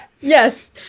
yes